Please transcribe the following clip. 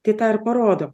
tai tą ir parodo